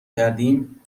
کردیم